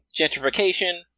gentrification